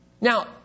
Now